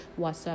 WhatsApp